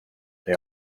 they